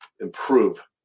improve